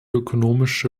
ökonomische